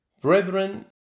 Brethren